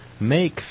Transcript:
Make